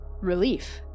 relief